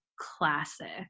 classic